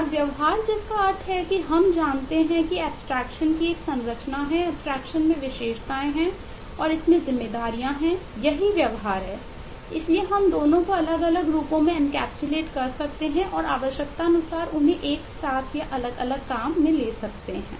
और व्यवहार जिसका अर्थ है कि हम जानते हैं कि एब्स्ट्रेक्शन कर सकते हैं और आवश्यकतानुसार उन्हें एक साथ या अलग अलग काम कर सकते हैं